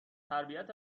تربیت